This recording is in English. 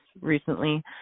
recently